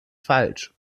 falsch